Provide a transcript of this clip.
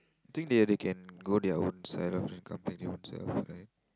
I think they they can go their own company own self right